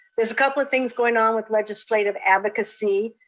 there's a couple of things going on with legislative advocacy.